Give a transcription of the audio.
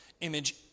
image